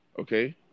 Okay